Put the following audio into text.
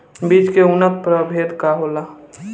बीज के उन्नत प्रभेद का होला?